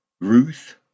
Ruth